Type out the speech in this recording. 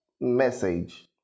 Message